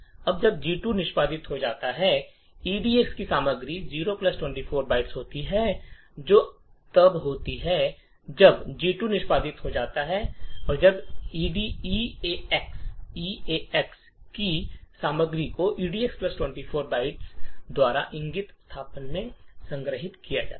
अब जब G2 निष्पादित हो जाता है तो एडक्स की सामग्री जो 0 24 बाइट्स होती है जो तब होती है जब G2 निष्पादित हो जाता है जब ईएक्स रजिस्टर की सामग्री को एडक्स 24 बाइट्स द्वारा इंगित स्थान में संग्रहीत किया जाता है